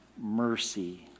mercy